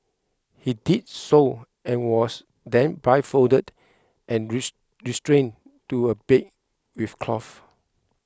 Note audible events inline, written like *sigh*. he did so and was then blindfolded and *unintelligible* restrained to a bed with cloth